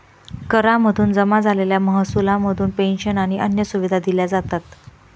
करा मधून जमा झालेल्या महसुला मधून पेंशन आणि अन्य सुविधा दिल्या जातात